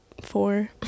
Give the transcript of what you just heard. four